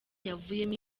yavuyemo